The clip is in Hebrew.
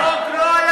דמוקרטיה?